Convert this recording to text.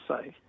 say